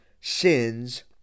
sins